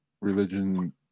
religion